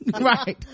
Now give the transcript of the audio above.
right